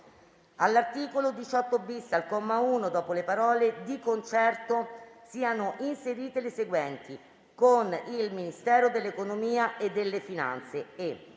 all'articolo 18-*bis*, al comma 1, dopo le parole: "di concerto" siano inserite le seguenti: "con il Ministero dell'economia e delle finanze